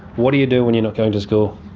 what do you do when you're not going to school?